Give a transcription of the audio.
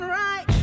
right